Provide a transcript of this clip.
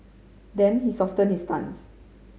then he softened his stance